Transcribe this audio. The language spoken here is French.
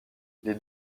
les